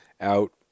out